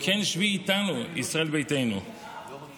אם כן, שבי איתנו, ישראל ביתנו, לא,